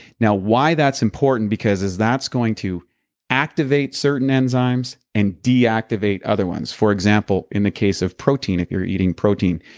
now, why that's important because is that's going to activate certain enzymes and deactivate other ones. for example, in the case of protein if you're eating protein,